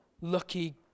lucky